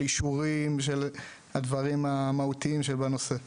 של אישורים ושל הדברים המהותיים שבנושא.